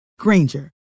Granger